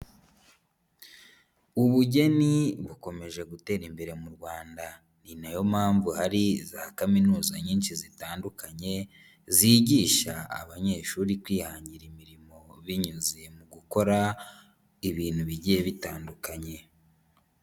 Ubugeni bukomeje gutera imbere mu Rwanda, ni na yo mpamvu hari za kaminuza nyinshi zitandukanye, zigisha abanyeshuri kwihangira imirimo binyuze mu gukora ibintu bigiye bitandukanye.